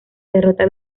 derrota